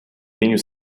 tenho